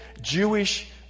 Jewish